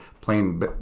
playing